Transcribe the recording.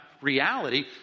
reality